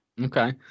okay